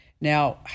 Now